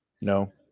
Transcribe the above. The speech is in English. No